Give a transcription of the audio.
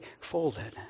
folded